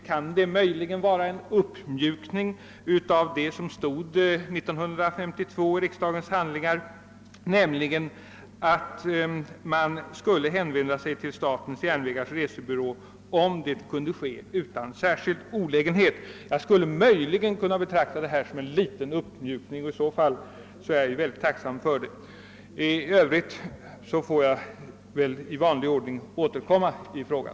Kan det möjligen vara en uppmjukning av vad som stod i riksdagens handlingar år 1952, nämligen att man skulle hänvända sig till statens järnvägars resebyrå, om det kunde ske utan särskild olägenhet? Är det riktigt, är jag mycket tacksam för det. I övrigt får jag väl i vanlig ordning återkomma i saken.